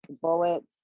Bullets